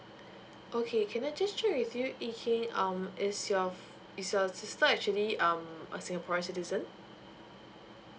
okay can I just check with you yee keng um is your is your sister actually um a singaporean citizen